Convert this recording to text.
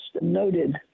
noted